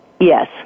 Yes